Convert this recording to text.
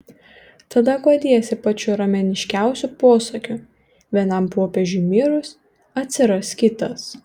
tada guodiesi pačiu romėniškiausiu posakiu vienam popiežiui mirus atsiras kitas